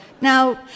Now